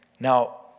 Now